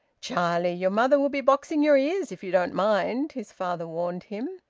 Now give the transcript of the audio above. charlie! your mother will be boxing your ears if you don't mind, his father warned him.